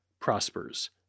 prospers